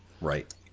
Right